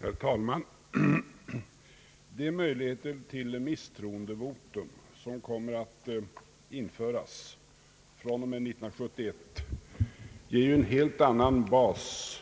Herr talman! De möjligheter till misstroendevotum som kommer att införas från och med 1971 ger en helt annan bas